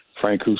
Frank